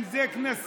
אם זה כנסים,